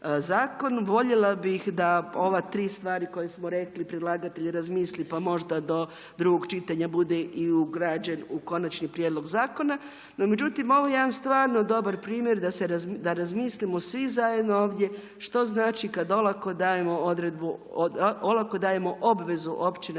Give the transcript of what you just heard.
Voljela bi da ova 3 stvari koje smo rekli, predlagatelj razmisli, pa možda do drugog čitanja bude i ugrađen u konačni prijedlog zakona. No međutim ovo je jedan stvarno dobar primjer da razmislimo svi zajedno ovdje, što znači kada olako dajemo obvezu općinama